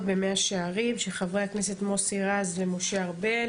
במאה שערים של חברי הכנסת מוסי רז ומשה ארבל.